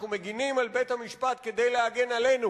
אנחנו מגינים על בית-המשפט כדי להגן עלינו